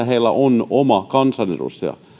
heillä on oma kansanedustajansa